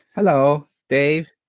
hello, dave.